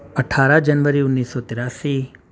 اٹھارہ جنوری انیس سو تراسی